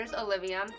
Olivia